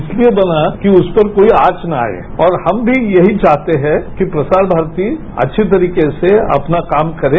इसलिये बना कि उस पर कोई आंच न आये और हम भी यही चाहते हैं कि प्रसार भारती अच्छी तरीके से अपना काम करे